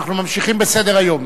אנחנו ממשיכים בסדר-היום.